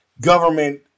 government